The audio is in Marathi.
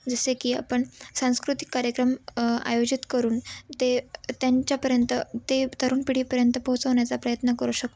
जसे की आपण सांस्कृतिक कार्यक्रम आयोजित करून ते त्यांच्यापर्यंत ते तरुण पिढीपर्यंत पोहोचवण्याचा प्रयत्न करू शकतो